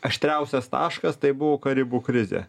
aštriausias taškas tai buvo karibų krizė